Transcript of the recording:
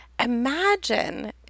Imagine